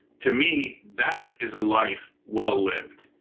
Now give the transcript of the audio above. to me, that is a life well lived.